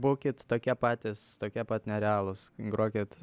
būkit tokie patys tokie pat nerealūs grokit